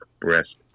Breast